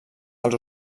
als